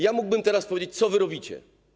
Ja mógłbym teraz powiedzieć, co wy robicie.